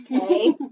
Okay